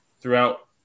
throughout